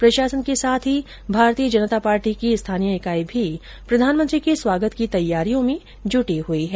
प्रशासन के साथ ही भारतीय जनता पार्टी की स्थानीय इकाई भी प्रधानमंत्री के स्वागत की तैयारियों में जुटी हुई है